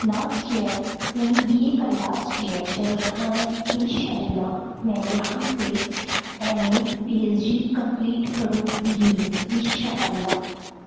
last year یعنی B A کا last year چل رہا ہے اِنشاء اللہ میں یہاں سے M A P H D complete كروں گی اِنشاء اللہ